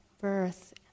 birth